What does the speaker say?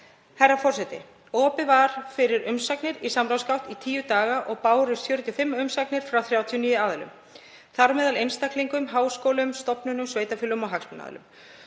Herra forseti. Opið var fyrir umsagnir í samráðsgátt í tíu daga og bárust 45 umsagnir frá 39 aðilum, þar á meðal einstaklingum, háskólum, stofnunum, sveitarfélögum og hagsmunaaðilum.